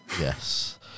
yes